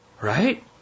Right